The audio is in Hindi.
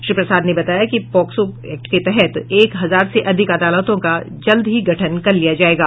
श्री प्रसाद ने बताया कि पॉक्सो एक्ट के तहत एक हजार से अधिक अदालतों का जल्द ही गठन कर लिया जायेगा